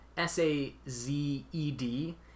S-A-Z-E-D